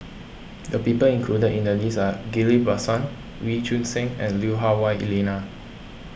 the people included in the list are Ghillie Basan Wee Choon Seng and Lui Hah Wah Elena